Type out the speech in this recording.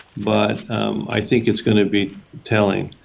but i think it's going to be telling.